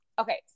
okay